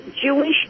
jewish